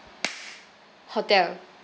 hotel